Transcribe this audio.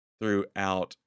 throughout